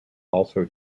also